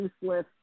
useless